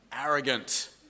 arrogant